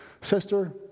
sister